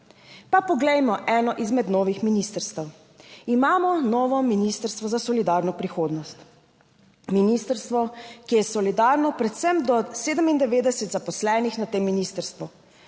Pa poglejmo eno izmed novih ministrstev. Imamo novo Ministrstvo za solidarno prihodnost, ministrstvo, ki je solidarno predvsem do 97 zaposlenih na tem ministrstvu.